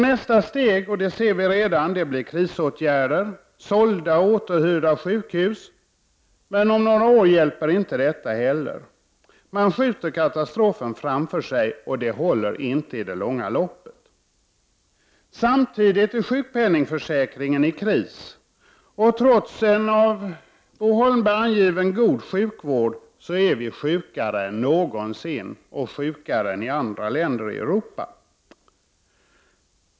Nästa steg — det ser vi redan — blir krisåtgärder som sålda och återhyrda sjukhus, men om några år hjälper inte heller det. Man skjuter katastrofen framför sig, och det håller inte i det långa loppet. Samtidigt är sjukförsäkringen i kris, och trots en av Bo Holmberg som god karakteriserad sjukvård är vi sjukare än någonsin och sjukare än i andra länder i Europa.